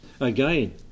Again